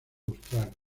austral